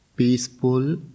peaceful